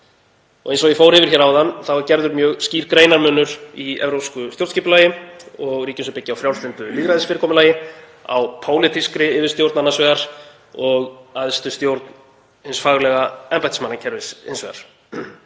Eins og ég fór yfir hér áðan er gerður mjög skýr greinarmunur í evrópsku stjórnskipulagi og ríkjum sem byggja á frjálslyndu lýðræðisfyrirkomulagi á pólitískri yfirstjórn annars vegar og æðstu stjórn hins faglega embættismannakerfis hins vegar.